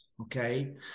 Okay